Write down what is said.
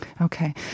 Okay